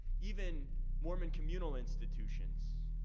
even mormon communal institutions.